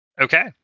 Okay